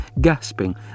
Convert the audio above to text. gasping